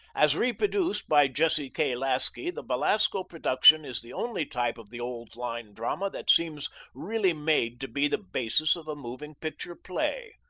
as reproduced by jesse k. lasky the belasco production is the only type of the old-line drama that seems really made to be the basis of a moving picture play.